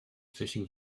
fishing